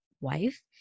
wife